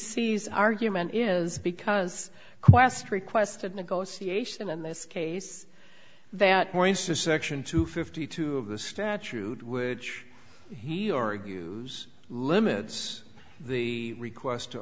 c's argument is because qwest requested negotiation in this case that points to section two fifty two of the statute which he or abuse limits the request to